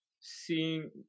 seeing